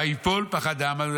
וייפול פחדם".